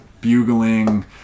bugling